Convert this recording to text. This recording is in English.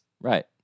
Right